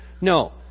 No